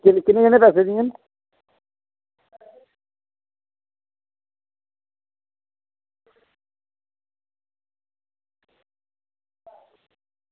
किन्ने किन्ने पैसे दियां